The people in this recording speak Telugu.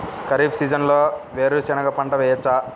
ఖరీఫ్ సీజన్లో వేరు శెనగ పంట వేయచ్చా?